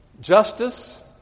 justice